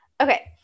Okay